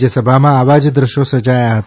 રાજ્યસભામાં આવા જ દ્રશ્યો સર્જાયા હતા